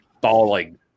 bawling